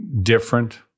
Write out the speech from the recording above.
different